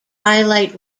highlight